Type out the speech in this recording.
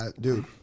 Dude